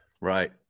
Right